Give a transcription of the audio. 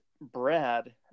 Brad